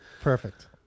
Perfect